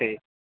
ठीक